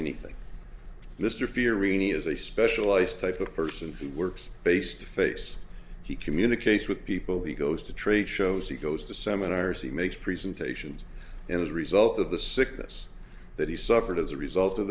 anything mr fieri as a specialized type of person he works based face he communicates with people he goes to trade shows he goes to seminars he makes presentations and as a result of the sickness that he suffered as a result